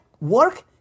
work